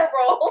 roll